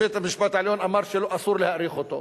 ובית-המשפט העליון אמר שאסור להאריך אותו.